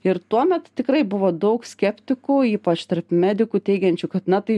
ir tuomet tikrai buvo daug skeptikų ypač tarp medikų teigiančių kad na tai